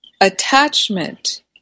attachment